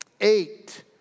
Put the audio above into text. Eight